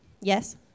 Yes